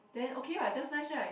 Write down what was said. then okay what just nice right